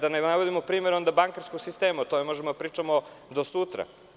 Da ne navodimo primer bankarskog sistema, o tome možemo da pričamo do sutra.